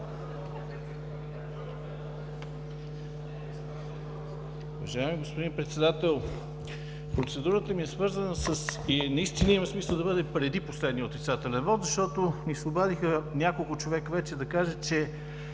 Уважаеми господин Председател, процедурата ми е свързана и наистина има смисъл да бъде преди последния отрицателен вот, защото няколко човека вече ми се